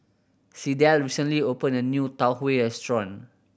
Sydell recently opened a new Tau Huay restaurant